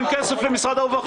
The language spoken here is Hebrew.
אין כסף למשרד הרווחה.